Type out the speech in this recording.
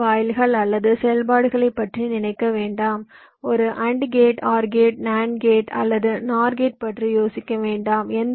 குறிப்பிட்ட வாயில்கள் அல்லது செயல்பாடுகளைப் பற்றி நினைக்க வேண்டாம் ஒரு AND gate OR gate NAND gate அல்லது NOR கேட் பற்றி யோசிக்க வேண்டாம்